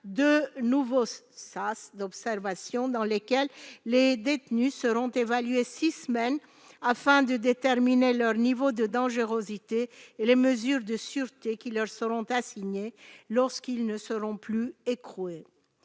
de nouveaux sas d'observation ; on y évaluerait les détenus pendant six semaines, afin de déterminer leur niveau de dangerosité et les mesures de sûreté qui leur seront assignées lorsqu'ils ne seront plus écroués.